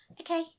okay